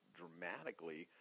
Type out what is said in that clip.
dramatically